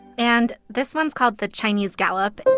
and this one's called the chinese galop.